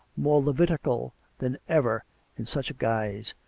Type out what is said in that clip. more levitical than ever in such a guise,